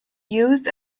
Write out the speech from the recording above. used